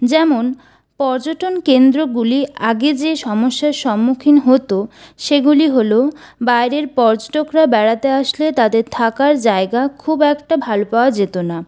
যেমন পর্যটন কেন্দ্রগুলি আগে যে সমস্যার সম্মুখীন হতো সেগুলি হল বাইরের পর্যটকরা বেড়াতে আসলে তাদের থাকার জায়গা খুব একটা ভালো পাওয়া যেত না